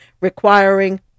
requiring